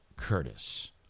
Curtis